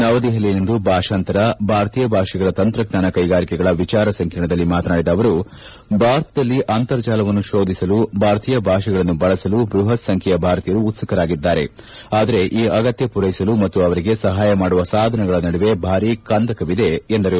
ನವದೆಹಲಿಯಲ್ಲಿಂದು ಭಾಷಾಂತರ ಭಾರತೀಯ ಭಾಷೆಗಳ ತಂತ್ರಜ್ಞಾನ ಕೈಗಾರಿಕೆಗಳು ವಿಚಾರ ಸಂಕಿರಣ ದಲ್ಲಿ ಮಾತನಾಡಿದ ಅವರು ಭಾರತದಲ್ಲಿ ಅಂತರ್ಜಾಲವನ್ನು ಶೋಧಿಸಲು ಭಾರತೀಯ ಭಾಷೆಗಳನ್ನು ಬಳಸಲು ಬೃಹತ್ ಸಂಖ್ಯೆಯ ಭಾರತೀಯರು ಉತ್ಸುಕರಾಗಿದ್ದಾರೆ ಆದರೆ ಈ ಅಗತ್ಯ ಪೂರೈಸಲು ಮತ್ತು ಅವರಿಗೆ ಸಹಾಯ ಮಾಡುವ ಸಾಧನಗಳ ನಡುವೆ ಭಾರಿ ಕಂದಕವಿದೆ ಎಂದರು